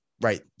right